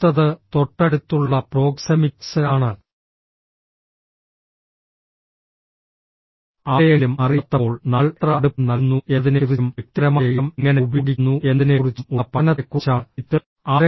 അടുത്തത് തൊട്ടടുത്തുള്ള പ്രോക്സെമിക്സ് ആണ് ആരെയെങ്കിലും അറിയാത്തപ്പോൾ നമ്മൾ എത്ര അടുപ്പം നൽകുന്നു എന്നതിനെക്കു റിച്ചും വ്യക്തിപരമായ ഇടം എങ്ങനെ ഉപയോഗിക്കുന്നു എന്നതിനെക്കുറിച്ചും ഉള്ള പഠനത്തെക്കുറിച്ചാണ് ഇത്